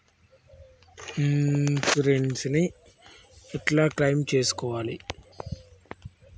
నా ఇన్సూరెన్స్ ని ఎట్ల క్లెయిమ్ చేస్కోవాలి?